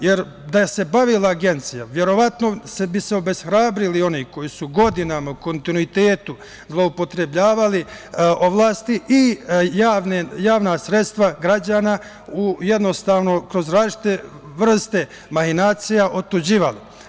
Jer, da se ovim bavila Agencija, verovatno bi se obeshrabrili oni koji su godinama u kontinuitetu zloupotrebljavali javna sredstva građana i kroz različite vrste mahinacija otuđivali.